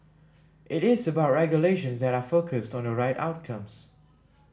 it is about regulations that are focused on the right outcomes